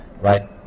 right